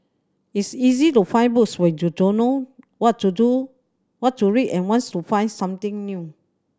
it's easy to find books when you don't know what to do what to read and wants to find something new